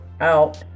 out